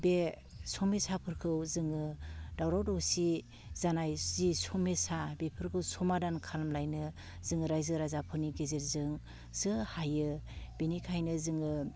बे समस्याफोरखौ जोङो दावराव दावसि जानाय जि समस्या बेफोरखौ समाधान खालामलायनो जों रायजो राजाफोरनि गेजेरजोंसो हायो बेनिखायनो जोङो